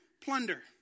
plunder